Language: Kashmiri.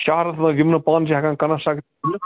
شہرَس منٛز یِم نہٕ پانہٕ چھِ ہٮ۪کان کَنسٹرکٹ کٔرِتھ